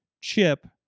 chip